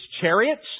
chariots